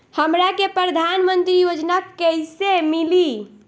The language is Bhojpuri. हमरा के प्रधानमंत्री योजना कईसे मिली?